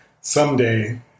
someday